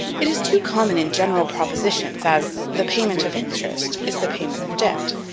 it is too common in general propositions, as, the payment of interest is the payment of debt.